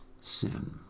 sin